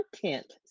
content